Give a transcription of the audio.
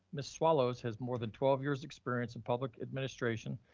ms. swallows has more than twelve years experience in public administration,